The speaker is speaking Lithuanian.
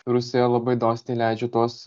rusija labai dosniai leidžia tuos